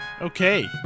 Okay